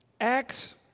Acts